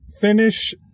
Finish